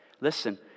Listen